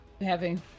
Heavy